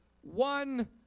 one